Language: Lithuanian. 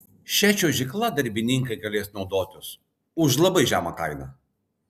šia čiuožykla darbininkai galės naudotis už labai žemą kainą